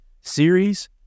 Series